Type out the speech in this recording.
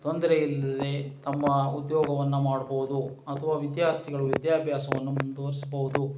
ತೊಂದರೆ ಇಲ್ಲದೇ ತಮ್ಮ ಉದ್ಯೋಗವನ್ನು ಮಾಡ್ಬೋದು ಅಥ್ವಾ ವಿದ್ಯಾರ್ಥಿಗಳು ವಿದ್ಯಾಭ್ಯಾಸವನ್ನು ಮುಂದುವರಿಸ್ಬವ್ದು